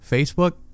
Facebook